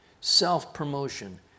self-promotion